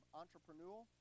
entrepreneurial